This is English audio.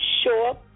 sure